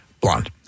Blonde